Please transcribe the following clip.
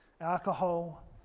alcohol